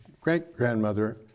great-grandmother